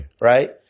Right